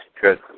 good